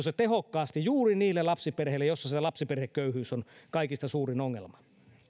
se tehokkaasti juuri niille lapsiperheille joissa lapsiperheköyhyys on kaikista suurin ongelma